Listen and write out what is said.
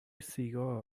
سیگار